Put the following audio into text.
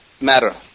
matter